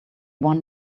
one